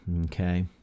Okay